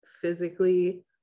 physically